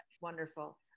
Wonderful